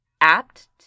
apt